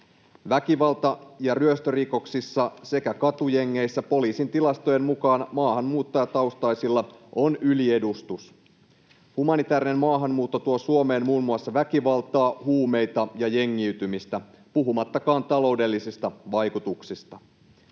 Väkivalta- ja ryöstörikoksissa sekä katujengeissä on poliisin tilastojen mukaan maahanmuuttajataustaisilla yliedustus. Humanitäärinen maahanmuutto tuo Suomeen muun muassa väkivaltaa, huumeita ja jengiytymistä, puhumattakaan taloudellisista vaikutuksista.